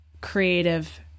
creative